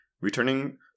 Returning